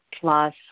plus